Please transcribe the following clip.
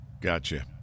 Gotcha